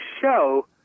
show